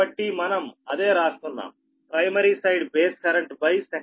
కాబట్టి మనం అదే రాస్తున్నాం primary side base current secondary side base current a